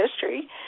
history